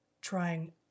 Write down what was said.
trying